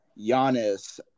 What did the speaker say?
Giannis